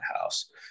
house